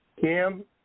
Kim